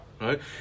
right